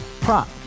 prop